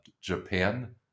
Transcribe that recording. japan